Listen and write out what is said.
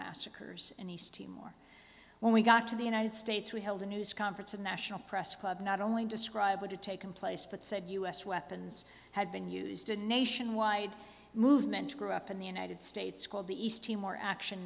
massacres in east timor when we got to the united states we held a news conference the national press club not only describe what had taken place but said us weapons had been used a nationwide movement grew up in the united states called the east timor action